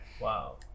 Wow